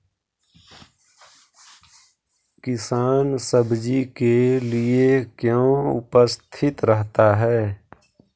किसान सब्जी के लिए क्यों उपस्थित रहता है?